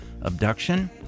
abduction